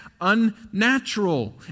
unnatural